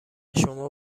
شما